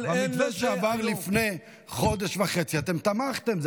במתווה שעבר לפני חודש וחצי אתם תמכתם,